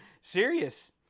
serious